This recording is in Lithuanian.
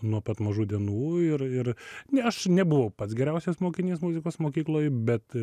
nuo pat mažų dienų ir ir ne aš nebuvau pats geriausias mokinys muzikos mokykloj bet